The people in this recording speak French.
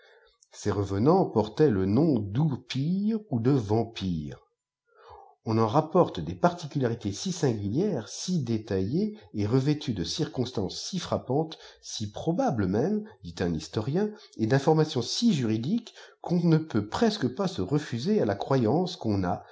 ces revenants portaient le nom d'oupires ou de vampires on en rapporte des particularités si singulières si détaillées et revêtues de circonstances si frappantes i si probables même dit un historien et dlnformations si juridiques qu'on ne peut presque pas se refuser à la croyance qu'on a